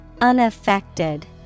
Unaffected